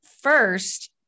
first